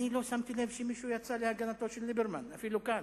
לא שמתי לב שמישהו יצא להגנתו של ליברמן אפילו כאן.